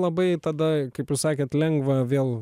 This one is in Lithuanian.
labai tada kaip ir sakėt lengva vėl